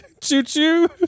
Choo-choo